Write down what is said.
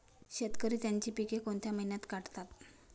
शेतकरी त्यांची पीके कोणत्या महिन्यात काढतात?